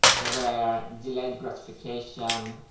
where delayed gratification.